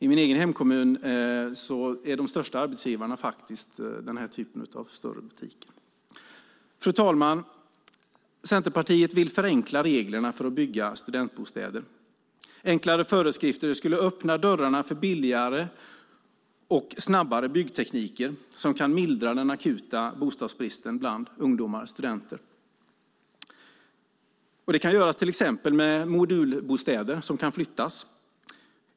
I min egen hemkommun är de största arbetsgivarna faktiskt den här typen av större butiker. Fru talman! Centerpartiet vill förenkla reglerna för att bygga studentbostäder. Enklare föreskrifter skulle öppna dörrarna för billigare och snabbare byggtekniker som kan mildra den akuta bostadsbristen bland ungdomar och studenter. Det kan göras till exempel med modulbostäder som kan flyttas.